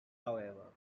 however